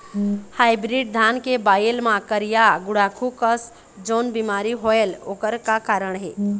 Hybrid धान के बायेल मां करिया गुड़ाखू कस जोन बीमारी होएल ओकर का कारण हे?